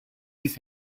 his